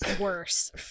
worse